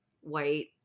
white